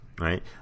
right